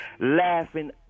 laughing